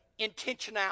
intentionality